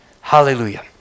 Hallelujah